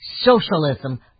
socialism